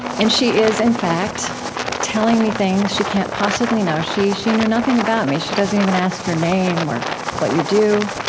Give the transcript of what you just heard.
and she is in fact telling me things she can't possibly know, she she knew nothing about me, she doesn't even ask your name or what you do,